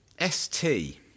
ST